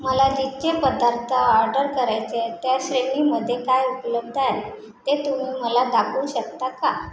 मला चीजचे पदार्थ ऑर्डर करायचे आहेत त्या श्रेणीमध्ये काय उपलब्ध आहे ते तुम्ही मला दाखवू शकता का